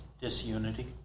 Disunity